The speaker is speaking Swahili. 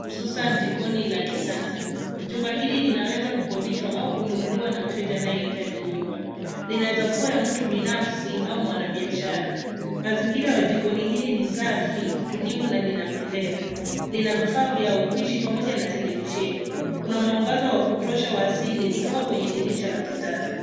hususan jikoni la kisasa. Jumba hili linaweza kukodishwa au kununuliwa na mteja anayehitaji nyumba. Linaweza kuwa ya mtu binafsi au mwanabiashara. Mazingira ya jikoni hili ni safi, tulivu na linapendeza. Lina vifaa vya upishi pamoja na televisheni. Kuna mwangaza wa kutosha wa asili kutoka kwenye dirisha la kisasa.